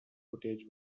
footage